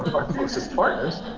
our closest partners.